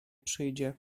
przyjdzie